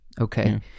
Okay